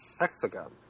Hexagon